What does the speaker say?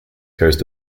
coast